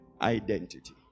identity